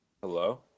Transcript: Hello